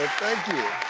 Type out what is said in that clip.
thank you.